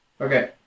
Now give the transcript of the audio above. Okay